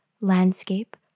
landscape